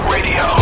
Radio